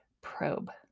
probe